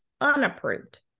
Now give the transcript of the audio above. unapproved